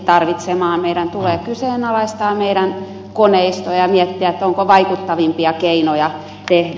meidän tulee kyseenalaistaa meidän koneistomme ja miettiä onko vaikuttavampia keinoja tehdä